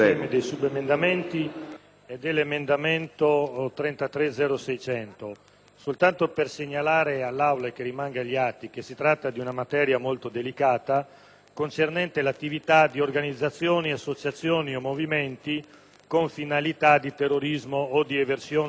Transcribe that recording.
dei subemendamenti ad esso riferiti. Vorrei segnalare all'Aula, affinché rimanga agli atti, che si tratta di una materia molto delicata concernente l'attività di organizzazioni, associazioni o movimenti con finalità di terrorismo o di eversione dell'ordine democratico.